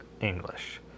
English